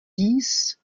dix